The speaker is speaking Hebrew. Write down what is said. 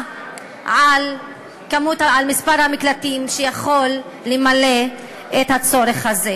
על מספר המקלטים שיכול למלא את הצורך הזה.